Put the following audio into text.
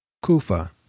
Kufa